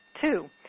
Two